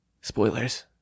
spoilers